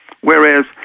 Whereas